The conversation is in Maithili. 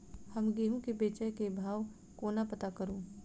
हम गेंहूँ केँ बेचै केँ भाव कोना पत्ता करू?